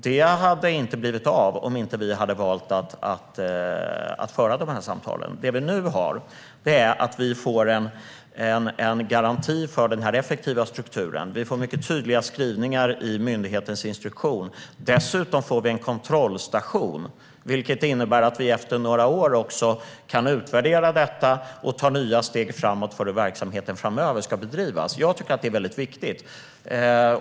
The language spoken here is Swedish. Detta hade inte blivit av om vi inte hade valt att föra dessa samtal. Nu får vi en garanti för den effektiva strukturen. Vi får mycket tydliga skrivningar i myndighetens instruktion. Dessutom får vi en kontrollstation, vilket innebär att vi efter några år kan utvärdera detta och ta nya steg framåt för hur verksamheten framöver ska bedrivas. Jag tycker att det är väldigt viktigt.